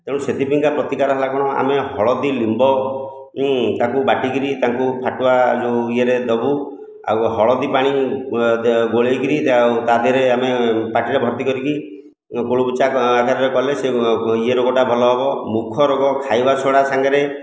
ତେଣୁ ସେଥିପାଇଁକା ପ୍ରତିକାର ହେଲା କ'ଣ ଆମେ ହଳଦୀ ଲିମ୍ବ ତାକୁ ବାଟି କରି ତାଙ୍କୁ ଫାଟୁଆ ଯେଉଁ ଇଏରେ ଦେବୁ ଆଉ ହଳଦୀପାଣି ଗୋଳାଇ କରି ତା ଦେହରେ ଆମେ ପାଟିରେ ଭର୍ତ୍ତି କରିକି କୁଳୁକୁଚା ଆକାରରେ କଲେ ସେ ଇଏ ରୋଗଟା ଭଲ ହେବ ମୁଖ ରୋଗ ଖାଇବା ସୋଡ଼ା ସାଙ୍ଗେରେ